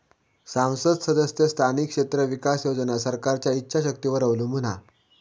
सांसद सदस्य स्थानिक क्षेत्र विकास योजना सरकारच्या ईच्छा शक्तीवर अवलंबून हा